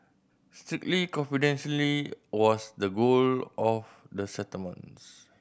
strictly confidentially was the goal of the settlements